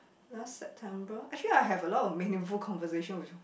last September actually I have a lot of meaningful conversation with